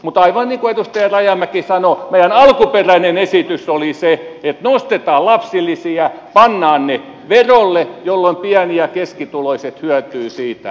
mutta aivan niin kuin edustaja rajamäki sanoi meidän alkuperäinen esityksemme oli se että nostetaan lapsilisiä pannaan ne verolle jolloin pieni ja keskituloiset hyötyvät siitä